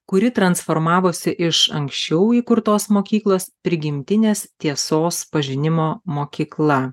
kuri transformavosi iš anksčiau įkurtos mokyklos prigimtinės tiesos pažinimo mokykla